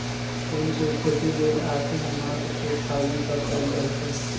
फूल के खेती लेल आशिन मास से फागुन तक कएल जाइ छइ